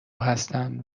هستند